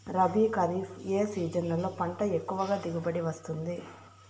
రబీ, ఖరీఫ్ ఏ సీజన్లలో పంట ఎక్కువగా దిగుబడి వస్తుంది